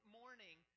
morning